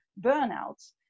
burnout